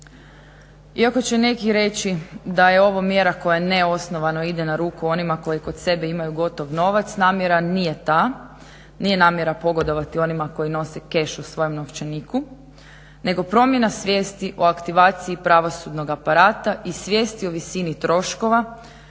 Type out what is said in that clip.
Iako će neki reći da je ovo mjera koja neosnovano ide na ruku onima koji kod sebe imaju gotov novac namjera nije ta. Nije namjera pogodovati onima koji nose keš u svojem novčaniku nego promjena svijesti o aktivaciji pravosudnog aparata i svijesti o visini troškova